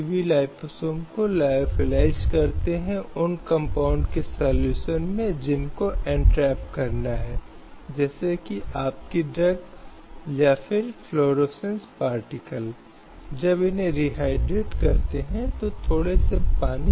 शराब परोसने वाले होटलों और बार में महिलाओं के रोजगार के संबंध में एक ऐसा ही मुद्दा सामने आया तो वही स्थिति थी कि ऐसे होटल और बार में महिलाओं के रोजगार में महिलाओं के बचाव और सुरक्षा का गंभीर सवाल था और इसलिए महिलाओं को इस तरह के होटल और बार में रोजगार की अनुमति नहीं दी जानी चाहिए